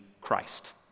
Christ